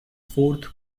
fourth